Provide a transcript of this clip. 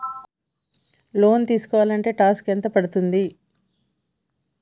Loan తీస్కుంటే tax ఎంత పడ్తుంది?